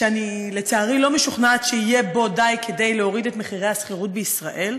שאני לצערי לא משוכנעת שיהיה בו די להוריד את מחירי השכירות בישראל.